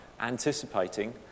anticipating